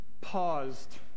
paused